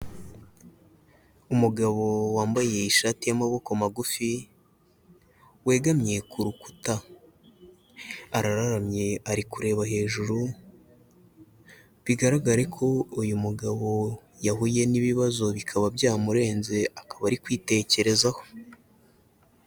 umugabo wambaye ishati y'amaboko magufi wegamye ku rukuta. Arararamye ari kureba hejuru, bigaragare ko uyu mugabo yahuye n'ibibazo bikaba byamurenze, akaba ari kwitekerezaho.